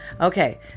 Okay